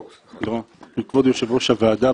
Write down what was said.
כבוד יושב ראש הוועדה,